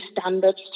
standards